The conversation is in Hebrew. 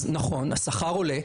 אז נכון, השכר עולה,